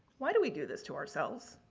why do we do this to ourselves?